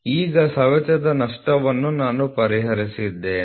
ಈಗ ಸವೆತದ ನಷ್ಟವನ್ನು ನಾನು ಪರಿಹರಿಸಿದ್ದೇನೆ